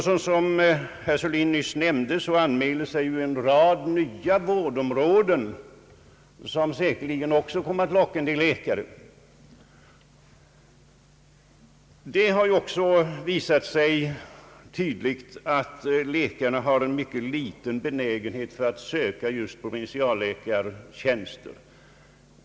Såsom herr Sörlin nyss nämnde anmälde sig en rad nya vårdområden, som säkerligen också kommer att locka en del läkare. Det har även visat sig tydligt, att läkarna har en mycket liten benägenhet att söka just provinsialläkartjänster.